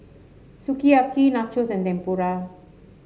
Sukiyaki Nachos and Tempura